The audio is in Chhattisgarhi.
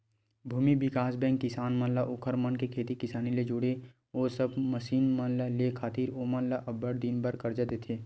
भूमि बिकास बेंक किसान मन ला ओखर मन के खेती किसानी ले जुड़े ओ सब मसीन मन ल लेय खातिर ओमन ल अब्बड़ दिन बर करजा देथे